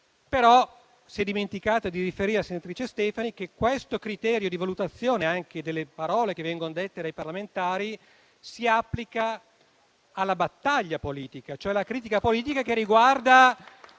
però dimenticata di riferire che questo criterio di valutazione, anche delle parole che vengono dette dai parlamentari, si applica alla battaglia politica, cioè alla critica politica che riguarda